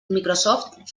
microsoft